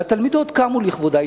והתלמידות קמו לכבודה.